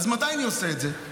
אז מתי אני עושה את זה?